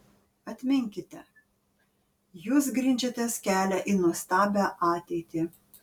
atminkite jūs grindžiatės kelią į nuostabią ateitį